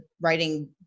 writing